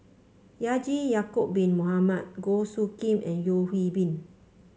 Haji Ya'acob Bin Mohamed Goh Soo Khim and Yeo Hwee Bin